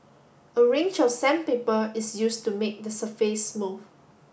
a range of sandpaper is used to make the surface smooth